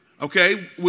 Okay